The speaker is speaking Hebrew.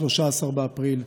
13 באפריל,